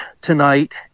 tonight